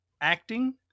acting